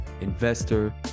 investor